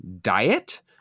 diet